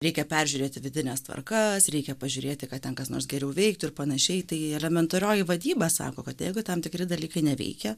reikia peržiūrėti vidines tvarkas reikia pažiūrėti ką ten kas nors geriau veiktų ir panašiai tai elementarioji vadyba sako kad jeigu tam tikri dalykai neveikia